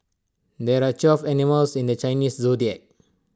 there are twelve animals in the Chinese Zodiac